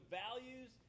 values